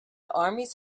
armies